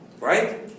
right